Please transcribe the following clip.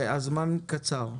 והזמן קצר.